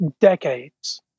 decades